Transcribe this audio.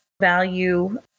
value